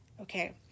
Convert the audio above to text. Okay